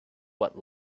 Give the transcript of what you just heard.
what